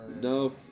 No